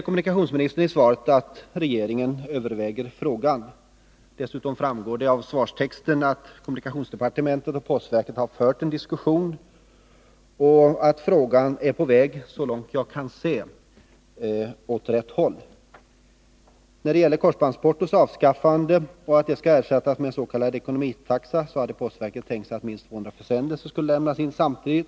Kommunikationsministern säger i svaret att regeringen överväger frågan. Dessutom framgår det av svarstexten att kommunikationsdepartementet och postverket har haft en diskussion och att man i den här frågan är på väg, så långt jag kan se, ”åt rätt håll”. När det gäller korsbandsportots avskaffande och att detta skall ersättas med en s.k. ekonomitaxa, så hade postverket tänkt sig att minst 200 försändelser skulle lämnas in samtidigt.